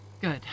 Good